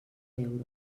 euros